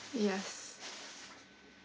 yes